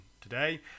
today